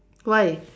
why